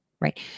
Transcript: Right